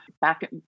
back